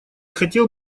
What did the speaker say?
хотел